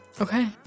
Okay